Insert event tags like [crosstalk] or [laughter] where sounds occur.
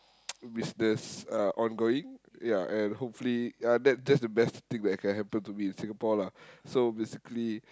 [noise] business uh ongoing ya and hopefully ya that that's the best thing that can happen to me in Singapore lah so basically